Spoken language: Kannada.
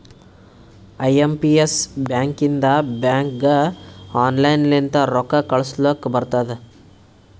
ಐ ಎಂ ಪಿ ಎಸ್ ಬ್ಯಾಕಿಂದ ಬ್ಯಾಂಕ್ಗ ಆನ್ಲೈನ್ ಲಿಂತ ರೊಕ್ಕಾ ಕಳೂಸ್ಲಕ್ ಬರ್ತುದ್